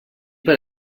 per